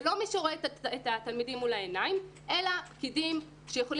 זה לא מי שרואה את התלמידים מול העיניים אלא פקידים שיכולים